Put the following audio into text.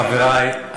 חברי,